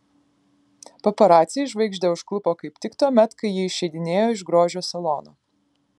paparaciai žvaigždę užklupo kaip tik tuomet kai ji išeidinėjo iš grožio salono